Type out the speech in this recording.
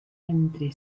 entre